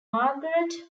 margaret